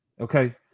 Okay